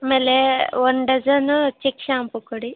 ಆಮೇಲೆ ಒಂದು dozen Chik shampoo ಕೊಡಿ